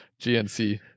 GNC